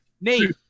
Nate